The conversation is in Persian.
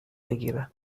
بگیرم